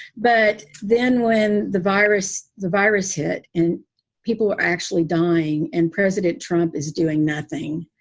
but then when the virus, the virus hit and people were actually dying and president trump is doing nothing,